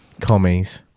commies